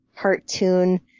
cartoon